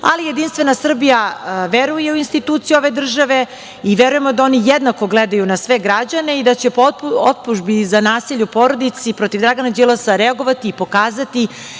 Jedinstvena Srbija veruje u institucije ove države i verujemo da oni jednako gledaju na sve građane i da će povodom optužbi za nasilje u porodici protiv Dragana Đilasa reagovati i pokazati